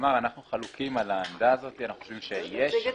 מאגף התקציבים,